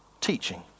teaching